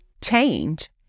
change